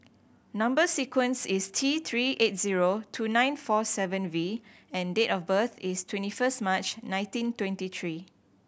number sequence is T Three eight zero two nine four seven V and date of birth is twenty first March nineteen twenty three